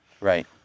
Right